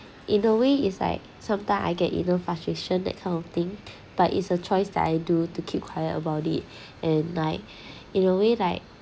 in a way is like sometime I get inner frustration that kind of thing but it's a choice that I do to keep quiet about it and like in a way like